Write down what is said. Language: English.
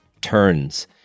turns